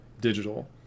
digital